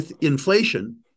inflation